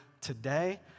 today